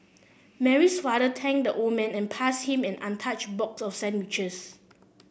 Mary's father thanked the old man and passed him an untouched box of sandwiches